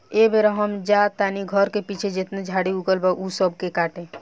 एह बेरा हम जा तानी घर के पीछे जेतना झाड़ी उगल बा ऊ सब के काटे